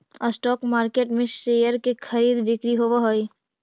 stock market में share के खरीद बिक्री होवऽ हइ